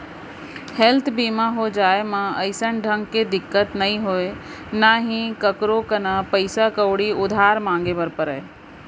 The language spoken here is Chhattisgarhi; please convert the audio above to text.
हेल्थ बीमा हो जाए म अइसन ढंग के दिक्कत नइ होय ना ही कोकरो करा पइसा कउड़ी उधार मांगे बर परय